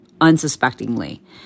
unsuspectingly